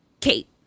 Kate